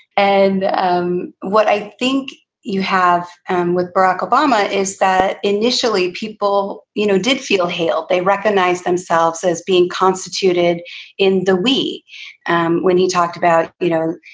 and um what i think you have and with barack obama is that initially people you know did feel hayle. they recognized themselves as being constituted in the way um when he talked about, you know,